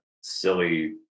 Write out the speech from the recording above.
silly